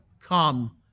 Come